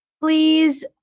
Please